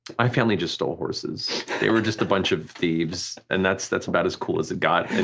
my family just stole horses. they were just a bunch of thieves, and that's that's about as cool as it got.